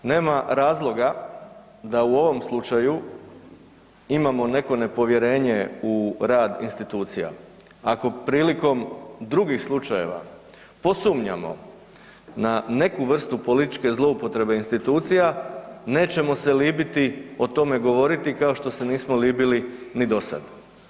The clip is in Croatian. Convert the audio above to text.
Nema razloga da u ovom slučaju imamo neko nepovjerenje u rad institucija, ako prilikom drugih slučajeva posumnjamo na neku vrstu političke zloupotrebe institucija nećemo se libiti o tome govoriti kao što se nismo libili ni dosada.